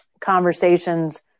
conversations